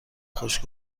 خوش